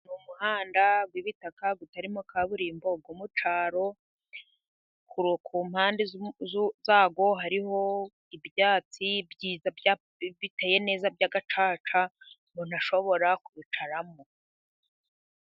Umuhanda w'ibitaka utarimo kaburimbo ,wo mu cyaro, ku mpande zawo hariho ibyatsi biteye neza byiza, by'agacaca umuntu ashobora kubyicaramo.